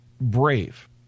Brave